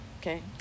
okay